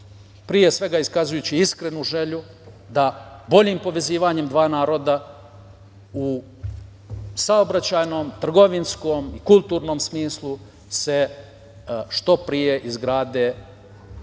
pre svega iskazujući iskrenu želju da boljim povezivanjem dva naroda u saobraćajnom, trgovinskom i kulturnom smislu se što pre izgrade što bolji